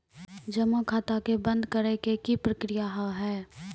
जमा खाता के बंद करे के की प्रक्रिया हाव हाय?